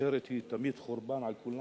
אחרת היא תמיט חורבן על כולם,